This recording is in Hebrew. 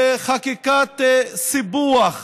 וחקיקת סיפוח